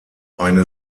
eine